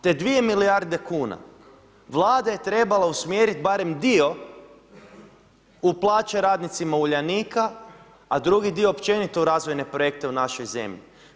Te dvije milijarde kuna Vlada je trebala usmjeriti barem dio u plaće radnicima Uljanika, a drugi dio općenito u razvojne projekte u našoj zemlji.